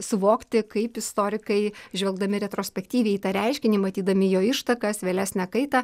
suvokti kaip istorikai žvelgdami retrospektyviai į tą reiškinį matydami jo ištakas vėlesnę kaitą